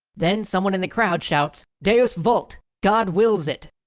then someone in the crowd shouts deus vult, god wills it.